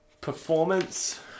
performance